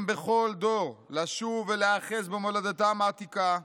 בכל דור לשוב ולהיאחז במולדתם העתיקה,